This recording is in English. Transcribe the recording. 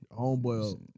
Homeboy